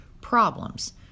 problems